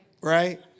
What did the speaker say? right